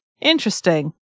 Interesting